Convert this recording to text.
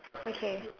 okay